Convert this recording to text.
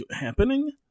happening